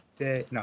No